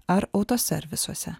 ar autoservisuose